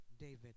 David